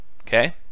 Okay